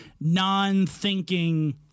non-thinking